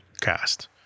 cast